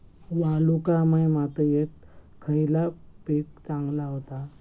वालुकामय मातयेत खयला पीक चांगला होता?